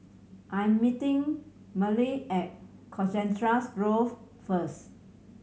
I am meeting Merle at Colchester Grove first